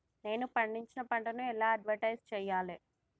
నేను పండించిన పంటను ఎలా అడ్వటైస్ చెయ్యాలే?